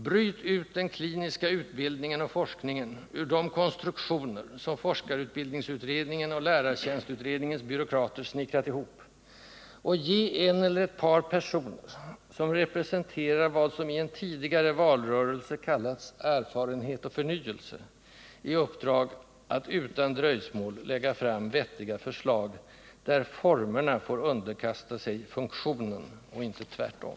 Bryt ut den kliniska utbildningen och forskningen ur de konstruktioner som forskarutbildningsutredningen och lärartjänstutredningens byråkrater snickrat ihop, och ge en eller ett par personer, som representerar vad som i en tidigare valrörelse kallats ”erfarenhet och förnyelse”, i uppdrag att utan dröjsmål lägga fram vettiga förslag, där formerna får underkasta sig funktionen och inte tvärtom!